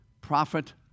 prophet